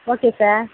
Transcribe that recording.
okay sir